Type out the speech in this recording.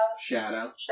Shadow